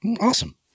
awesome